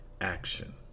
action